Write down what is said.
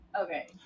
Okay